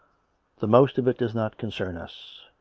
the most of it does not concern us.